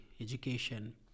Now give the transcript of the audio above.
education